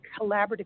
collaborative